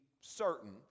certain